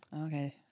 Okay